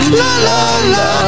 la-la-la